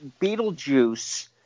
Beetlejuice